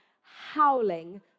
howling